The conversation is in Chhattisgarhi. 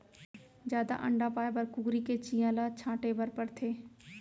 जादा अंडा पाए बर कुकरी के चियां ल छांटे बर परथे